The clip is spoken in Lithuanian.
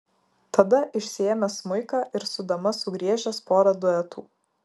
tada išsiėmęs smuiką ir su dama sugriežęs porą duetų